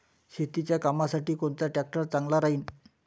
शेतीच्या कामासाठी कोनचा ट्रॅक्टर चांगला राहीन?